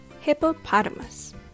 Hippopotamus